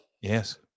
Yes